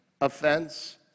offense